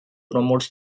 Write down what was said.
promotes